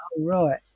right